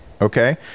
Okay